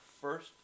first